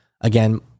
Again